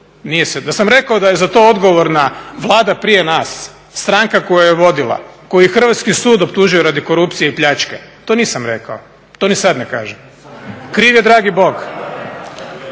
dogodilo, da sam rekao da je za to odgovorna Vlada prije nas, stranka koja ju je vodila koju je Hrvatski sud optužio radi korupcije i pljačke, to nisam rekao, to ni sad ne kažem. Kriv je dragi Bog.